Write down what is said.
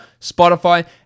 Spotify